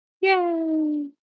Yay